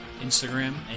Instagram